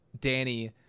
Danny